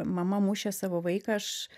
mama mušė savo vaiką aš